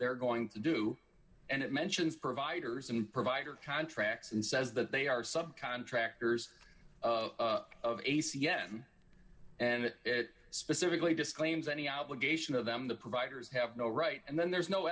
they're going to do and it mentions providers and provider contracts and says that they are sub contractors of a c n and it specifically disclaims any obligation of them the providers have no right and then there's no